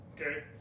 okay